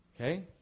Okay